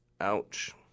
Ouch